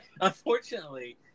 Unfortunately